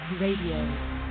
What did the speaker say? RADIO